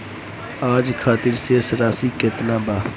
आज खातिर शेष राशि केतना बा?